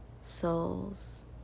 souls